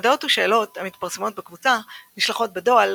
הודעות ושאלות המתפרסמות בקבוצה נשלחות בדוא"ל